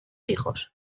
hijos